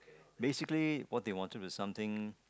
basically what they wanted to something